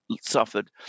suffered